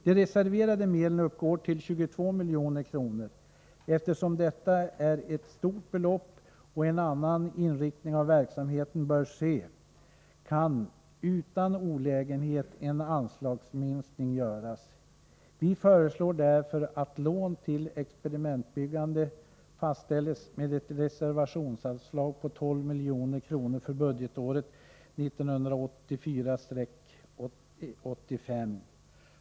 De reserverade medlen uppgår till 22 milj.kr. Eftersom detta är ett stort belopp och en annan inriktning av verksamheten bör ske, kan utan olägenhet en anslagsminskning göras. Vi föreslår därför att lån till experimentbyggande fastställs med ett reservationsanslag av 12 milj.kr. för budgetåret 1984/85.